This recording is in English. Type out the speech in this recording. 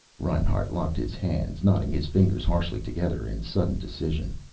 reinhart locked his hands, knotting his fingers harshly together in sudden decision.